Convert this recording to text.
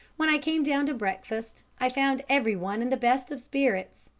when i came down to breakfast i found everyone in the best of spirits.